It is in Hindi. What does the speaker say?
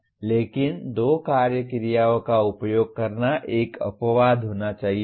लेकिन दो कार्य क्रियाओं का उपयोग करना एक अपवाद होना चाहिए